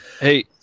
hey